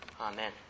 Amen